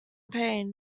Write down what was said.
pain